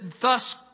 Thus